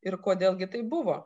ir kodėl gi tai buvo